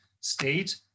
state